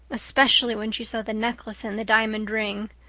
especially when she saw the necklace and the diamond ring.